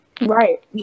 right